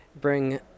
bring